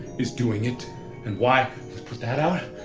is doing it and why? put that out.